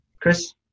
Chris